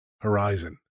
Horizon